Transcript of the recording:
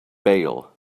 bail